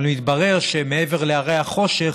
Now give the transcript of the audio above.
אבל מתברר שמעבר להרי החושך